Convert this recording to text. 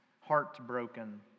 heartbroken